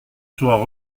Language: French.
soit